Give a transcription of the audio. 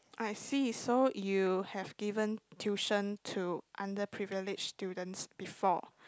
I see so you have given tuition to underprivilege students before